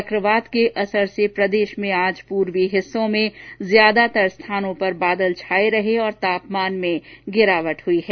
चकवात के असर से प्रदेश में आज पूर्वी हिस्सों में ज्यादातर जगह बादल छाये रहे और तापमान में गिरावट हुई है